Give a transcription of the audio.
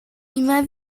immer